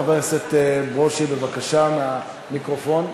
חבר הכנסת ברושי, בבקשה, מהמיקרופון.